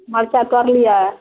मरचाइ तोड़लियै